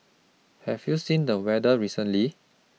have you seen the weather recently